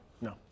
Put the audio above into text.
No